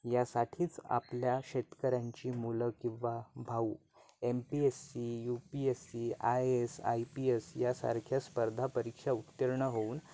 यासाठीच आपल्या शेतकऱ्यांची मुलं किंवा भाऊ M P S C U P S C I S I P S यासारख्या स्पर्धा परीक्षा उत्तीर्ण होऊन